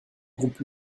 groupe